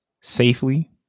safely